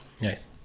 Nice